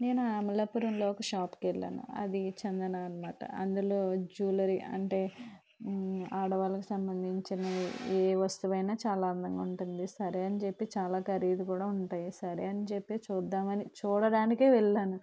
నేను అమలాపురంలో ఒక షాప్కి వెళ్ళాను అది చందనా అన్నమాట అందులో జ్యువలరీ అంటే ఆడవాళ్ళకు సంబంధించినవి ఏ వస్తువైనా చాలా అందంగా ఉంటుంది సరే అని చెప్పి చాలా ఖరీదు కూడా ఉంటాయి సరే అని చెప్పి చూద్దాం అని చూడడానికే వెళ్ళాను